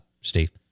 Steve